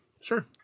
sure